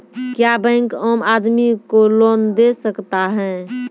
क्या बैंक आम आदमी को लोन दे सकता हैं?